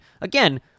Again